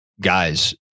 guys